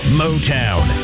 motown